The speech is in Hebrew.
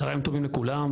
צוהריים טובים לכולם,